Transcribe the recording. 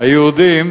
היהודים